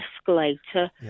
escalator